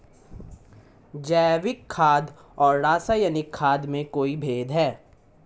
जैविक खाद और रासायनिक खाद में कोई भेद है?